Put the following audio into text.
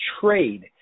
trade